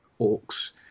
orcs